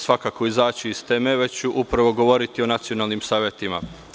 Svakako neću izaći iz teme, već ću upravo govoriti o nacionalnim savetima.